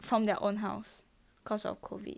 from their own house cause of COVID